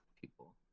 people